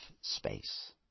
space